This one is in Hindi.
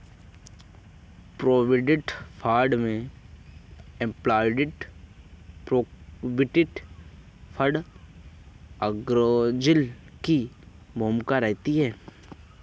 प्रोविडेंट फंड में एम्पलाइज प्रोविडेंट फंड ऑर्गेनाइजेशन की भूमिका रहती है